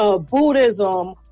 Buddhism